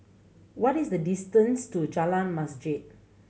what is the distance to Jalan Masjid